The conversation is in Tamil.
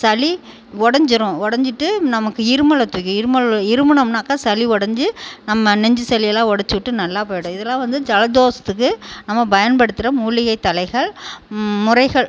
சளி உடஞ்சிடும் உடஞ்சிட்டு நமக்கு இருமலத்துக்கு இருமல் இருமுனோம்னாக்கா சளி உடஞ்சி நம்ம நெஞ்சி சளி எல்லாம் உடச்சிவிட்டு நல்லா போயிவிடும் இதெல்லாம் வந்து ஜலதோஷத்துக்கு நம்ம பயன்படுத்துகிற மூலிகை தழைகள் முறைகள்